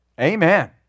Amen